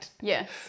Yes